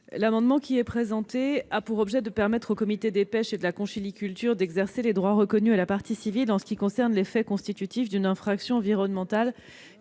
L'amendement qui vient d'être présenté a pour objet de permettre aux comités des pêches et de la conchyliculture d'exercer les droits reconnus à la partie civile en ce qui concerne les faits constitutifs d'une infraction environnementale.